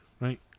right